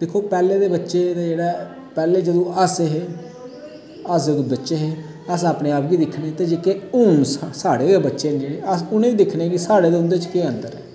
दिक्खो पैह्ले दे बच्चे दा जेह्ड़ा पैह्ले जदू हास्से हे असैं अपनी आप गी दिक्खा ते जेह्ड़े हून साढ़े गै बच्चे न जेह्ड़े अस उनेंगी दिक्खने कि साढ़े ते उंदे च केह् अन्तर ऐ